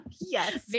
Yes